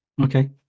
Okay